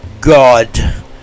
God